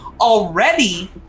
already